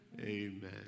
Amen